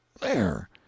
there